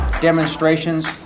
demonstrations